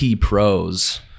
Pros